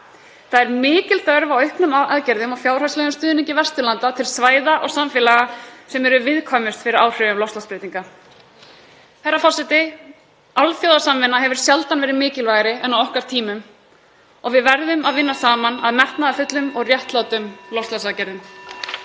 Það er mikil þörf á auknum aðgerðum og fjárhagslegum stuðningi Vesturlanda til svæða og samfélaga sem eru viðkvæmust fyrir áhrifum loftslagsbreytinga. Herra forseti. Alþjóðasamvinna hefur sjaldan verið mikilvægari en á okkar tímum og við verðum að vinna saman að metnaðarfullum og réttlátum loftslagsaðgerðum.